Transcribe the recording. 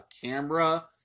camera